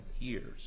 years